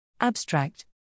Abstract